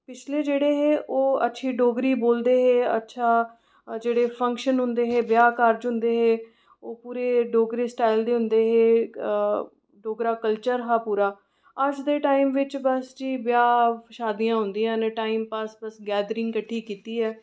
पिछले जेह्ड़े हे ओह् अच्छी डोगरी बोलदे हे अच्छा जेह्ड़े फंक्शन होंदे हे ब्याह कारज होंदे हे ओह् पूरे डोगरी सटाईल दे होंदे हे डोगरा कल्चर हा पूरा अज्ज दे टाइम बिच बस जी ब्याह शादियां होंदियां न टाइम पास बस गैदरिंग किठ्ठी कीती